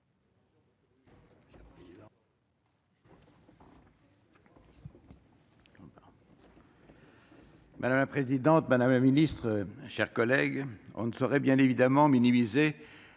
Madame la présidente, madame la ministre, mes chers collègues, on ne saurait bien évidemment minimiser